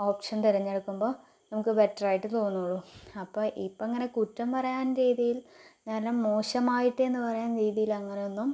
option തിരഞ്ഞെടുക്കുമ്പോൾ നമുക്ക് better ആയിട്ട് തോന്നുകയുള്ളൂ അപ്പോൾ ഇപ്പോൾ അങ്ങനെ കുറ്റം പറയാൻ രീതിയിൽ കാരണം മോശമായിട്ട് എന്ന് പറയാൻ രീതിയിൽ അങ്ങനെയൊന്നും